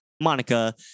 Monica